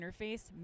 interface